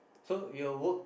so your work